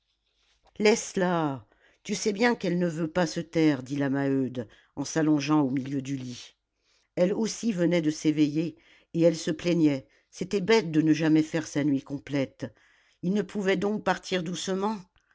laisse-la tu sais bien qu'elle ne veut pas se taire dit la maheude en s'allongeant au milieu du lit elle aussi venait de s'éveiller et elle se plaignait c'était bête de ne jamais faire sa nuit complète ils ne pouvaient donc partir doucement